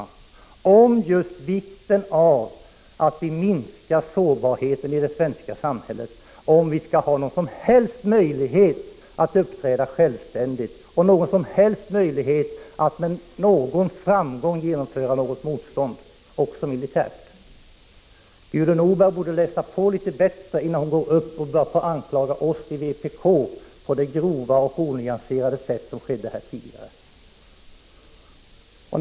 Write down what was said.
Den tog upp just vikten av att vi minskar sårbarheten i det svenska samhället för att ha någon som helst möjlighet att uppträda självständigt och med någon som helst framgång kunna göra motstånd, också militärt. Gudrun Norberg borde läsa på litet bättre innan hon går upp och börjar på det grova och onyanserade sätt som skedde tidigare anklaga oss i vpk.